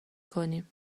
کنیم